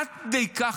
עד כדי כך?